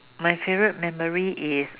my favourite memory is uh